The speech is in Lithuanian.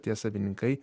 tie savininkai